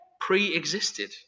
pre-existed